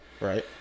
right